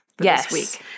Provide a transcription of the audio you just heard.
Yes